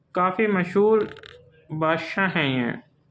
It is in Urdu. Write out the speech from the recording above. کافی مشہور بادشاہ ہیں یہ